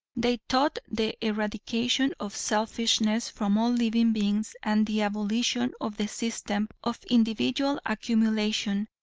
they taught the eradication of selfishness from all living beings and the abolition of the system of individual accumulation,